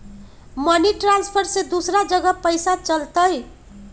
Money transfer से दूसरा जगह पईसा चलतई?